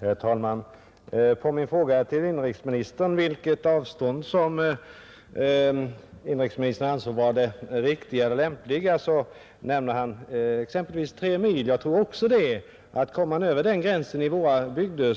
Herr talman! När jag frågade inrikesministern vilket avstånd han ansåg vara det riktiga eller lämpliga nämnde han tre mil. Jag tror också att om man kommer över den gränsen i våra bygder